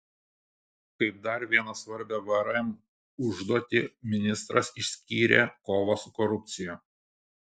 kaip dar vieną svarbią vrm užduotį ministras išskyrė kovą su korupcija